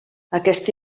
aquest